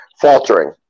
faltering